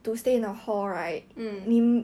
mm